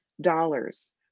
dollars